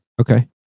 Okay